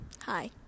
Hi